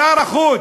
שר החוץ,